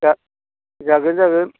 दा जागोन जागोन